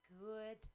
good